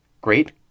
Great